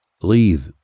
leave